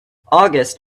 august